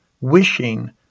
wishing